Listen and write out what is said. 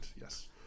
Yes